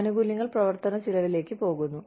ആനുകൂല്യങ്ങൾ പ്രവർത്തന ചെലവിലേക്ക് പോകുന്നു